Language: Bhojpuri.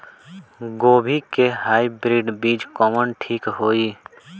गोभी के हाईब्रिड बीज कवन ठीक होई?